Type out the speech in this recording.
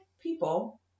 people